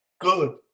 good